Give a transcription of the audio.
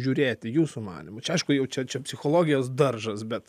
žiūrėti jūsų manymu čia aišku jau čia čia psichologijos daržas bet